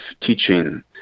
teaching